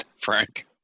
Frank